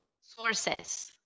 sources